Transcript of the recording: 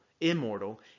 immortal